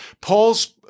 Paul's